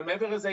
אבל מעבר לזה,